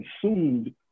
consumed